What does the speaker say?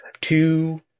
two